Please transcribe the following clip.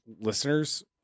listeners